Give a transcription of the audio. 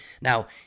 Now